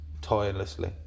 tirelessly